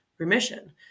Remission